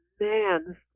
man